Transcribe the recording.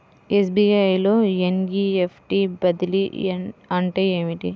SBI లో NEFT బదిలీ అంటే ఏమిటి?